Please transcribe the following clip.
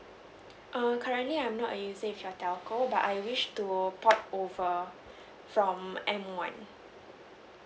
err currently I'm not a user of your telco but I wish to port over from M one